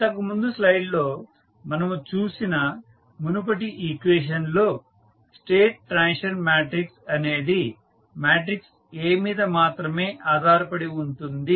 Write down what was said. ఇంతకు ముందు స్లైడ్ లో మనము చూసిన మునుపటి ఈక్వేషన్ లో స్టేట్ ట్రాన్సిషన్ మాట్రిక్స్ అనేది మాట్రిక్స్ A మీద మాత్రమే ఆధారపడి ఉంటుంది